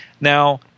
Now